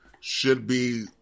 should-be